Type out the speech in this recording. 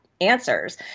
answers